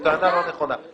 זו טענה לא נכונה.